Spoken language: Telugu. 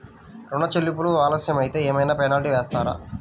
ఋణ చెల్లింపులు ఆలస్యం అయితే ఏమైన పెనాల్టీ వేస్తారా?